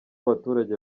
abaturage